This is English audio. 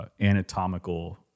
anatomical